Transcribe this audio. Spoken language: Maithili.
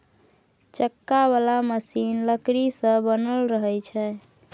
चक्का बला मशीन लकड़ी सँ बनल रहइ छै